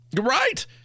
right